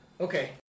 Okay